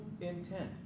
intent